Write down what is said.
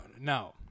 No